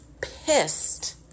pissed